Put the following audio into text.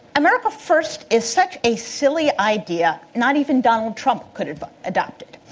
america first is such a silly idea, not even donald trump could adopt it.